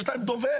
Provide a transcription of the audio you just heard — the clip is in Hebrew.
יש להם דובר.